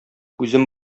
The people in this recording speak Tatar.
үзем